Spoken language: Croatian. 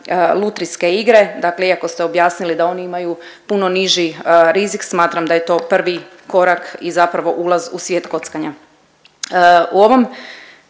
lutrijske igre, dakle iako ste objasnili da oni imaju puno niži rizik, smatram da je to prvi korak i zapravo ulaz u svijet kockanja. U ovom